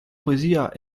poesia